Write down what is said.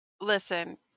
Listen